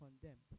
condemned